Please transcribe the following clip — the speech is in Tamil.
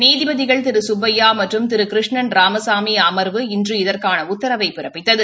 நீதிபதிகள் திரு சுப்பையா மற்றும் திரு கிருஷண்ன் ராமசாமி அம்வு இன்று இதற்கான உத்தரனைவினை பிறப்பித்தது